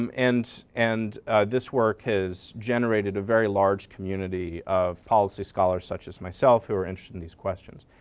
um and and this work has generated a very large community of policy scholars such as myself who are interested in these questions.